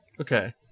Okay